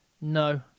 No